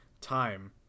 time